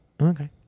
Okay